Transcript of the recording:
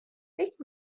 فکر